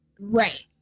Right